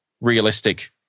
realistic